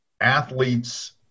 athletes